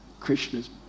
Krishna's